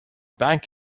bank